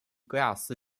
戈亚斯